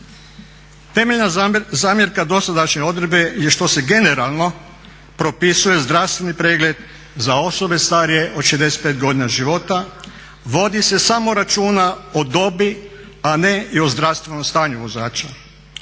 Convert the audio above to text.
Temeljna zamjerka dosadašnje odredbe je što se generalno propisuje zdravstveni pregled za osobe starije od 65 godina života, vodi se samo računa o dobi a ne i o zdravstvenom stanju vozača.